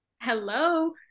Hello